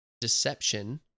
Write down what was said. Deception